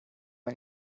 man